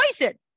poison